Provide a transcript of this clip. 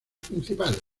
principales